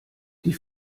die